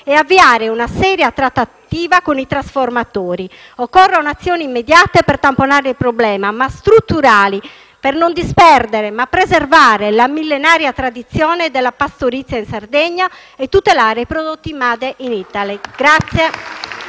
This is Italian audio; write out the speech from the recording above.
e avviare una seria trattativa con i trasformatori. Occorrono azioni immediate per tamponare il problema, ma strutturali per non disperdere, ma preservare, la millenaria tradizione della pastorizia in Sardegna e tutelare i prodotti *made in Italy*.